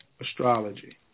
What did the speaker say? astrology